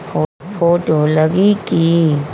Photo लगी कि?